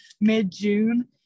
mid-june